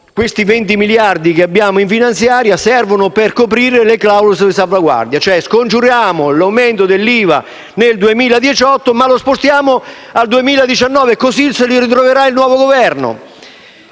I 20 miliardi che abbiamo in bilancio servono per coprire le clausole di salvaguardia. Scongiuriamo l'aumento dell'IVA nel 2018, ma lo spostiamo al 2019, così se lo ritroverà il nuovo Governo.